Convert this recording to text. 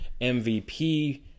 mvp